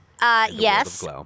Yes